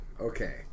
Okay